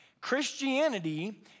Christianity